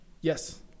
Yes